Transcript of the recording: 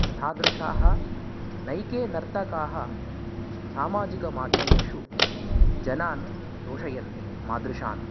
तथादृशाः नैके नर्तकाः सामाजिकमाध्यमेषु जनान् तोषयन्ति मादृशान्